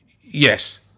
Yes